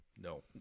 no